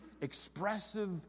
expressive